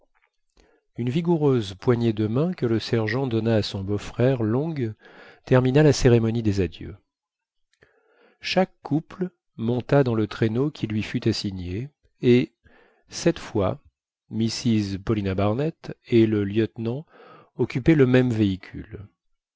une vigoureuse poignée de main que le sergent donna à son beau-frère long termina la cérémonie des adieux chaque couple monta dans le traîneau qui lui fut assigné et cette fois mrs paulina barnett et le lieutenant occupaient le même véhicule